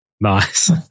Nice